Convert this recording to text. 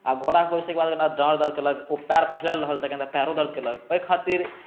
आ घोड़ा पर बैसैक बाद जेना डार दर्द केलक ओ पैर फैलल रहल तऽ पैरो दर्द केलक ओहि खातिर